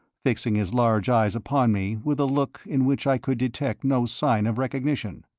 fixing his large eyes upon me with a look in which i could detect no sign of recognition.